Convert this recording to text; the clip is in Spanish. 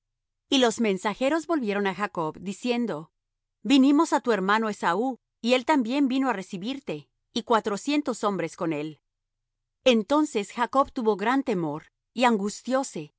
y los mensajeros volvieron á jacob diciendo vinimos á tu hermano esaú y él también vino á recibirte y cuatrocientos hombres con él entonces jacob tuvo gran temor y angustióse y